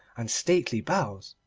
and stately bows,